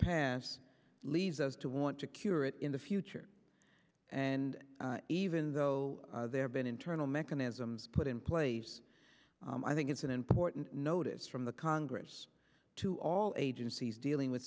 past leads us to want to curate in the future and even though there been internal mechanisms put in place i think it's an important notice from the congress to all agencies dealing with